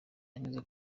yanyuze